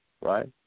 right